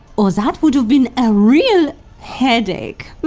or that would have been a. real headache.